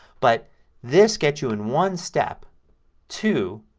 but this gets you in one step to